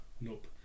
nope